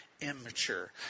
immature